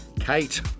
Kate